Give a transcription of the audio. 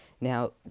Now